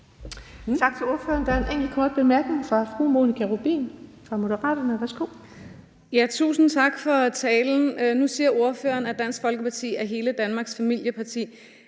Tak til ordføreren. Der er en enkelt kort bemærkning fra fru Monika Rubin fra Moderaterne. Værsgo. Kl. 12:32 Monika Rubin (M): Tusind tak for talen. Nu siger ordføreren, at Dansk Folkeparti er hele Danmarks familieparti.